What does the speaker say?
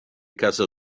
casa